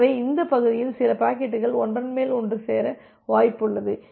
எனவே இந்த பகுதியில் சில பாக்கெட்டுகள் ஒன்றன் மேல் ஒன்று சேர வாய்ப்பு உள்ளது